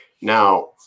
Now